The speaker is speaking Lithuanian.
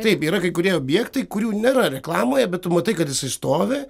taip yra kai kurie objektai kurių nėra reklamoje bet tu matai kad jisai stovi